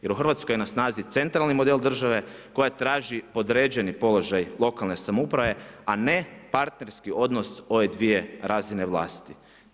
Jer u Hrvatskoj je na snazi centralni model države koja traži određeni položaj lokalne samouprave, a ne partnerski odnos ove dvije razine vlasti.